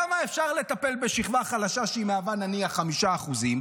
למה אפשר לטפל בשכבה חלשה שהיא נניח 5%?